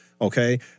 okay